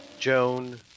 Joan